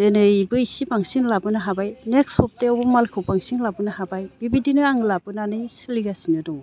दिनैबो इसे बांसिन लाबोनो हाबाय नेक्स्ट सफ्थायाव मालखौ बांसिन लाबोनो हाबाय बिबायदिनो आं लाबोनानै सोलिगासिनो दङ